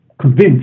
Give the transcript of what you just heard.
convinced